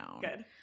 Good